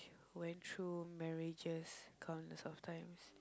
went through marriages countless of times